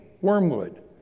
Wormwood